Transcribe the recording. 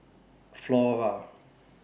Flora